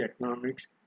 economics